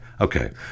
okay